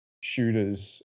shooters